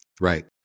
Right